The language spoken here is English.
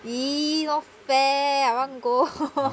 !ee! not fair I want go